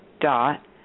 Dot